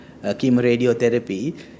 chemoradiotherapy